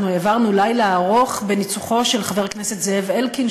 אנחנו העברנו לילה ארוך בניצוחו של חבר הכנסת זאב אלקין,